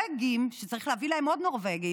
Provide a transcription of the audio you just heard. הנורבגים, שצריך להביא להם עוד נורבגים,